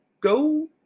go